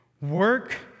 work